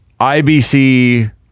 IBC